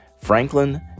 Franklin